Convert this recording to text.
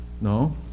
No